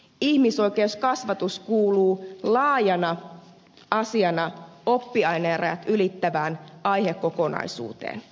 ihmisoikeuskasvatus kuuluu laajana asiana oppiainerajat ylittävään aihekokonaisuuteen